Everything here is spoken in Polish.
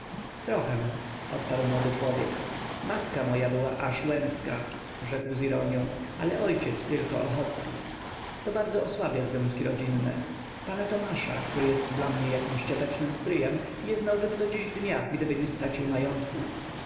trochę odpowiedział młody człowiek matka moja była aż łęcka rzekł z ironią ale ojciec tylko ochocki to bardzo osłabia związki rodzinne pana tomasza który jest dla mnie jakimś ciotecznym stryjem nie znałbym do dziś dnia gdyby nie stracił majątku